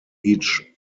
each